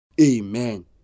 Amen